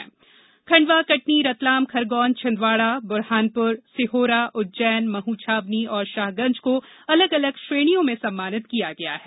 वहीं खंडवा कटनी रतलाम खरगौन छिंदवाड़ा बुरहानपुर सिहोरा उज्जैन महू छावनी और शाहगंज को अलग अलग श्रेणियों में सम्मानित किया गया है